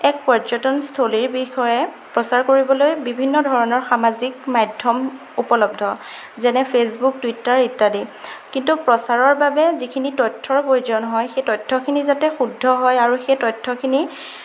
এক পৰ্যটনস্থলীৰ বিষয়ে প্ৰচাৰ কৰিবলৈ বিভিন্ন ধৰণৰ সামাজিক মাধ্যম উপলব্ধ যেনে ফে'চবুক টুইটাৰ ইত্যাদি কিন্তু প্ৰচাৰৰ বাবে যিখিনি তথ্যৰ প্ৰয়োজন হয় সেই তথ্যখিনি যাতে শুদ্ধ হয় আৰু সেই তথ্যখিনি